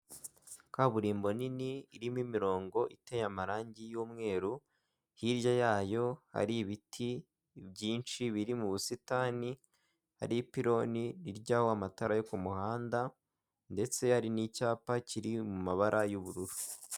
Kaburimbo nini irimo imirongo iteye amarange y'umweru, hirya yayo hari ibiti byinshi biri mu busitani, hari ipiloni rijyaho amatara yo ku muhanda ndetse hari n'icyapa kiri mu mabara y'ubururu.